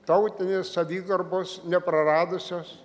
tautinės savigarbos nepraradusios